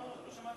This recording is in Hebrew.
לא, לא.